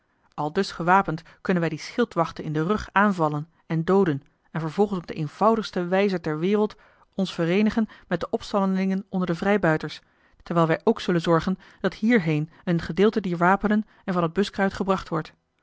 aldus gewapend kunnen wij die schildwachten in den rug aanvallen en dooden en vervolgens op de eenvoudigste wijze ter wereld ons vereenigen met de opstandelingen onder de vrijbuiters terwijl wij ook zullen zorgen dat hierheen een gedeelte dier wapenen en van het buskruit gebracht wordt